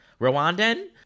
Rwandan